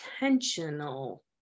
intentional